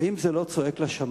האם זה לא צועק לשמים,